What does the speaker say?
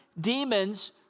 demons